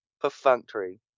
perfunctory